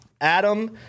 Adam